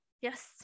yes